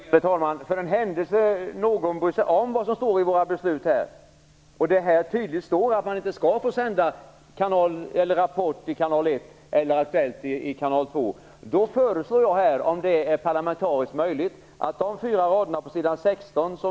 Värderade talman! För det händelse någon bryr sig om vad som står i våra beslut vill jag rätta till det här. Det står tydligt att man inte skall få sända Rapport i kanal 1 eller Aktuellt i kanal 2. Jag föreslår här, om det är parlamentariskt möjligt, att de fyra rader på s 16 utgår ur riksdagens beslut.